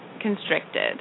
constricted